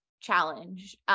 challenge